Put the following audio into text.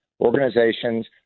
organizations